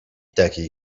takiej